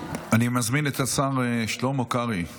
אני מזמין את השר שלמה קרעי להשיב.